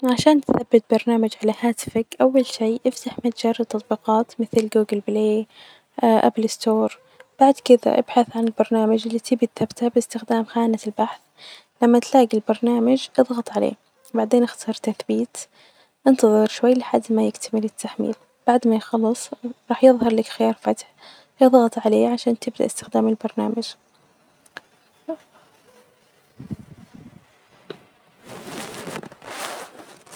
عشان تثبت برنامج علي هاتفك أول شئ إفتح متجر التطبيقات مثل جوجل بلاي آبل ستور بعد كدة إبحث عن البرنامج اللي تبغي تثبته باستخدام خانة البحث لما تلاجي البرنامج إظغط علية بعدين إختر تثبيت إنتظر شوي حتي يكتمل التحميل، بعد ما يخلص راح يظهرلك خيار الفتح ،إظغط عليه عشان تبدأ إستخدام البرنامج.